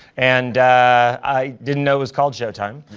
and i didn't know it was called showtime.